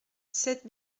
sept